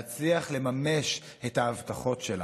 להצליח לממש את ההבטחות שלה.